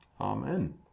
Amen